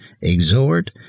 exhort